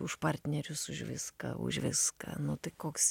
už partnerius už viską už viską nu tai koks